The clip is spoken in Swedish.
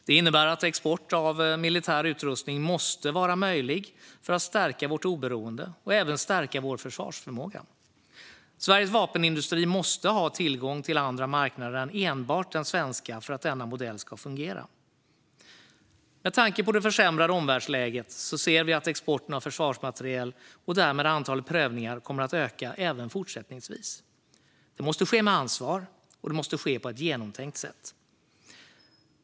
Det innebär att export av militär utrustning måste vara möjlig för att vi ska kunna stärka vårt oberoende och även stärka vår försvarsförmåga. Sveriges vapenindustri måste ha tillgång till andra marknader än enbart den svenska för att denna modell ska fungera. Med tanke på det försämrade omvärldsläget ser vi att exporten av försvarsmateriel och därmed antalet prövningar kommer att öka även fortsättningsvis. Det måste ske med ansvar, och det måste ske på ett genomtänkt sätt.